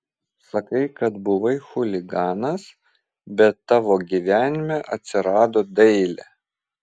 sakai kad buvai chuliganas bet tavo gyvenime atsirado dailė